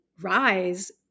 rise